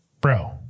Bro